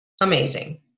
amazing